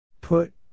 Put